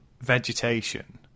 vegetation